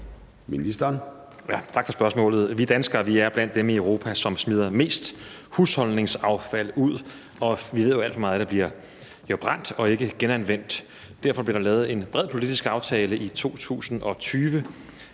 Heunicke): Tak for spørgsmålet. Vi danskere er blandt dem i Europa, som smider mest husholdningsaffald ud, og vi ved, at der er alt for meget, der bliver brændt og ikke genanvendt. Derfor blev der lavet en bred politisk aftale i 2020,